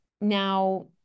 Now